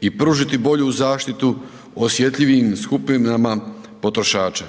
i pružiti bolju zaštitu osjetljivim skupinama potrošača.